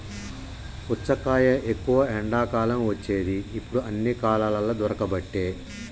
పుచ్చకాయ ఎక్కువ ఎండాకాలం వచ్చేది ఇప్పుడు అన్ని కాలాలల్ల దొరుకబట్టె